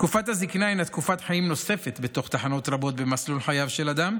תקופת הזקנה הינה תקופת חיים נוספת בתוך תחנות רבות במסלול חייו של אדם,